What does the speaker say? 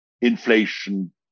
inflation